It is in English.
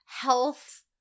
health